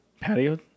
patio